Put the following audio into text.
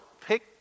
pick